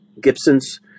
Gibson's